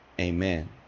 amen